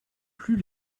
plus